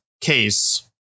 case